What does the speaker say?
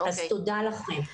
אז תודה לכם.